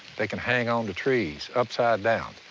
they can hang onto trees upside down,